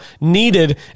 needed